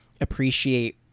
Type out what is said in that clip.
appreciate